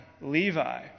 Levi